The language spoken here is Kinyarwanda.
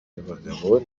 y’abagabo